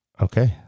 Okay